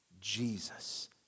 Jesus